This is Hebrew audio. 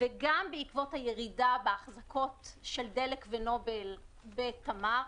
וגם בעקבות הירידה בהחזקות של דלק ונובל בתמר,